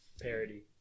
parody